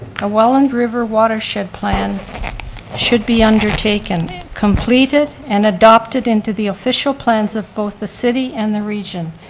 the welland river watershed plan should be undertaken, completed and adopted into the official plans of both the city and the region.